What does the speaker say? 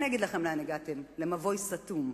אני אגיד לכם לאן הגעתם, למבוי סתום.